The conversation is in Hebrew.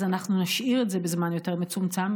אז אנחנו נשאיר את זה בזמן יותר מצומצם,